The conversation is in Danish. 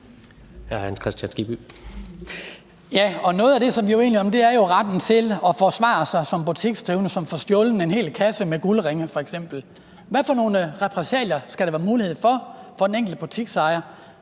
noget af det, som vi er uenige om, er jo retten til at forsvare sig som butiksdrivende, når man f.eks. får stjålet en hel kasse med guldringe. Hvad for nogle repressalier skal der være mulighed for fra den enkelte butiksejers